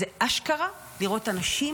זה אשכרה לראות אנשים